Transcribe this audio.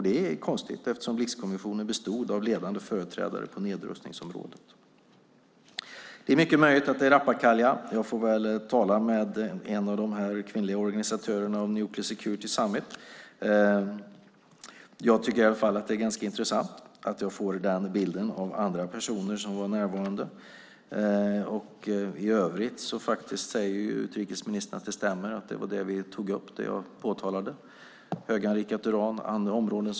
Det är konstigt eftersom Blixkommissionen bestod av ledande företrädare på nedrustningsområdet. Det är mycket möjligt att det här är rappakalja. Jag får väl tala med en av de kvinnliga organisatörerna av Nuclear Security Summit. Det är intressant att jag får den bilden av andra personer som var närvarande. I övrigt säger utrikesministern att det jag påtalade stämmer. Ni har avslutat en del program för höganrikat uran och andra områden.